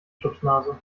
stupsnase